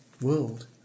world